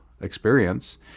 experience